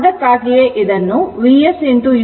ಆದ್ದರಿಂದ ಅದಕ್ಕಾಗಿಯೇ ಇದನ್ನು Vs u ಎಂದು ಬರೆಯಲಾಗಿದೆ